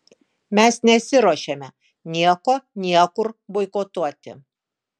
mes nesiruošiame nieko niekur boikotuoti